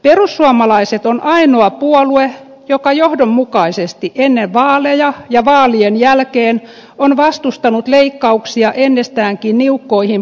perussuomalaiset on ainoa puolue joka johdonmukaisesti ennen vaaleja ja vaalien jälkeen on vastustanut leikkauksia ennestäänkin niukkoihin puolustusmenoihimme